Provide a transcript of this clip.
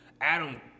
Adam